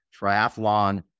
triathlon